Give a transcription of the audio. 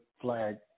flag